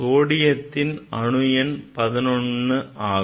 சோடியத்தின் அணு எண் 11 ஆகும்